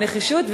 ונחישות,